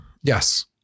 Yes